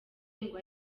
ngo